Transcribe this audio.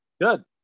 Good